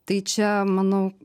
tai čia manau